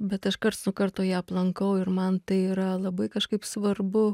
bet aš karts nuo karto ją aplankau ir man tai yra labai kažkaip svarbu